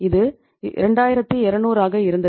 இது 2200 ஆகா இருந்தது